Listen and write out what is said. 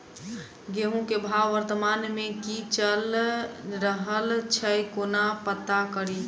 गेंहूँ केँ भाव वर्तमान मे की चैल रहल छै कोना पत्ता कड़ी?